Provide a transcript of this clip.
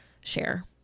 share